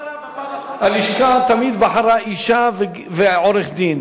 הלשכה תמיד בחרה אשה ועורך-דין,